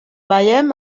veiem